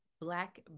black